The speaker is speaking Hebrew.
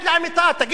תגידו את זה.